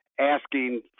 asking